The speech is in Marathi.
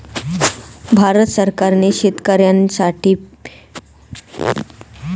भारत सरकारने शेतकऱ्यांसाठी पी.एम फसल विमा योजना चालवली आहे